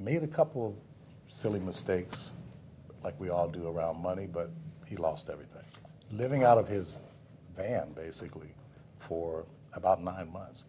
maybe a couple silly mistakes like we all do about money but he lost everything living out of his van basically for about nine months